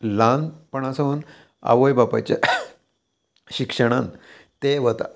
ल्हानपणासून आवय बापायच्या शिक्षणान तें वता